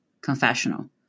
confessional